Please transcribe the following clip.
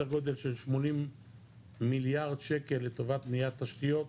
גודל של 80 מיליארד שקל לטובת בניית תשתיות.